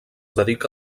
dedica